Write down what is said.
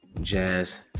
Jazz